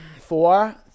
Four